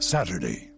Saturday